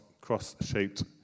cross-shaped